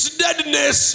deadness